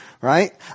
Right